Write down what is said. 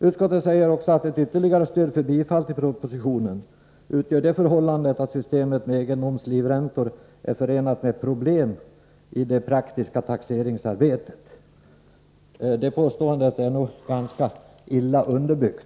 Utskottet säger också att ett ytterligare stöd för bifall till propositionen utgör det förhållandet att egendomslivräntor är förenade med problem i det praktiska taxeringsarbetet. Det påståendet är nog ganska illa underbyggt.